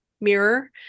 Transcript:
mirror